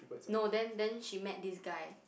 no then then she met this guy